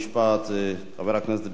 חבר הכנסת דוד רותם,